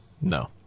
No